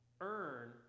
earn